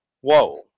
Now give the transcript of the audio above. Whoa